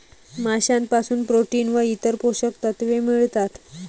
माशांपासून प्रोटीन व इतर पोषक तत्वे मिळतात